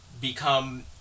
become